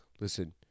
listen